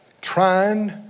trying